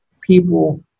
people